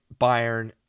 Bayern